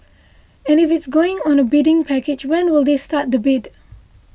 and if it's going on a bidding package when will they start the bid